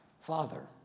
Father